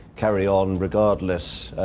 carry on regardless,